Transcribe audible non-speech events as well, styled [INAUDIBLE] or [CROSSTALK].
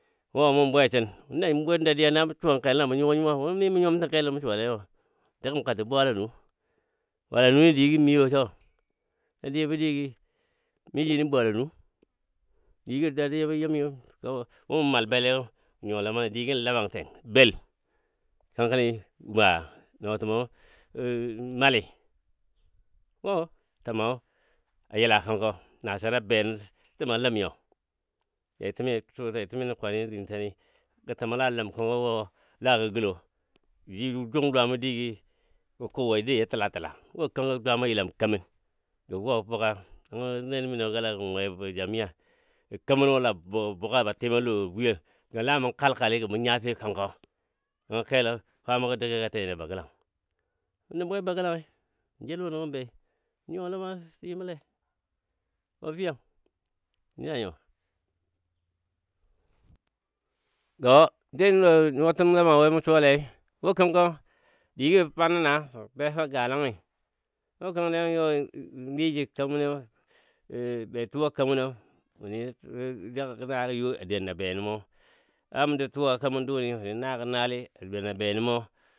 Wo mu bwesin wuni na mɔ bwen dadiya na suwan kelo na mɔ nyuwa nyuwa wo mi mɔ nyuwam tən kelni məsuwale yo, dəgəm kata bwala nu, bwala nu ni digi miwo So dadiyabo di gii mi ji nən bwala nu digɔ dadiya bɔ yimnyi wo mal belle gɔ ma nyuwa ləma le digɔ labenten bel kənkəni woa nɔɔtəm [HESITATION] mali wo tɔma a yela kənko nasana benən təma ləmnyo tetəmi a suwa tətə mi nəkwanni gə təma la ləm kənkɔni la gɔ gəlɔ jɔ jung dwamɔ digi kɔ jə wou ji təlatəla kənko dwama a yəlam kemən [UNINTELLIGIBLE] nəngɔ nenəmi nɔgala gə we jamiya gə kemən wo la bo buga ba tim a lɔ bweyel gə la mu kal kaligɔ mu nyafe kənkɔ nəngɔ kelɔ kwamagɔ gɔ dəgi gɔ teni a bagəlang wuni bwe bagəlanyi mə jal wo nəngɔ mɔ be nyuwa ləma yiməle ko feyang nən na nyo. Gɔ jəl [HESITATION] nyuwatəm ləma we mɔ suwale wu kənkɔ digɔ yelwo nəngə mə bei gɔ delən nyutwatɔn ləmawe musuwa lei kənko digɔ mə be fɔ nə naa befa galangi wu kəngɔ a nən youi nən niji kamən yo [HESITATION] be tuwa kemən no wuni jəg naago yoi a den a benənmɔ na tuwa kemən duni wuni naagɔ naali adən a benəmo.